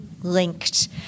linked